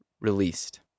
released